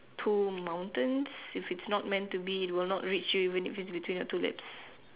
two mountains if it's not meant to be it will not even reach you even if it's between your two laps